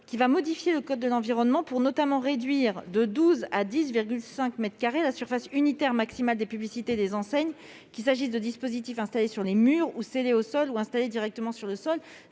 qui va modifier le code de l'environnement, notamment pour réduire de douze à dix mètres carrés et demi la surface unitaire maximale des publicités et des enseignes, qu'il s'agisse de dispositifs installés sur les murs, scellés au sol ou installés directement sur le sol.